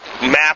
map